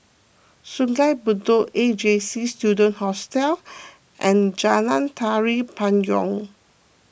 Sungei Bedok A J C Student Hostel and Jalan Tari Payong